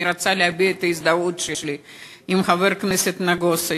אני רוצה להביע את הזדהותי עם חבר הכנסת נגוסה,